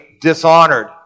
dishonored